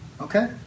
Okay